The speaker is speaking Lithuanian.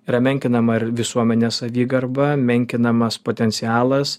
yra menkinama ir visuomenės savigarba menkinamas potencialas